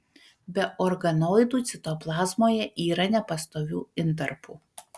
be organoidų citoplazmoje yra nepastovių intarpų